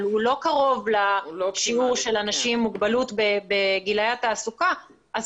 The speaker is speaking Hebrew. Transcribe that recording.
אבל הוא לא קרוב לשיעור האנשים עם מוגבלות בגילאי התעסוקה אז